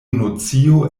nocio